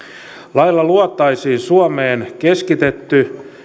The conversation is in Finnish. lailla luotaisiin suomeen keskitetty